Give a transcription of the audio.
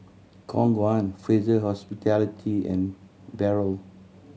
Khong Guan Fraser Hospitality and Barrel